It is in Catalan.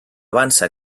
avança